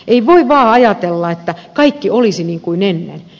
ei voi vaan ajatella että kaikki olisi niin kuin ennen